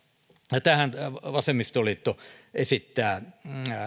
tähän vasemmistoliitto esittää